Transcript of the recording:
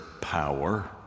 power